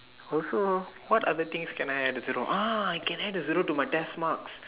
also what other things can I add a zero ah I can add a zero to my test marks